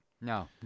No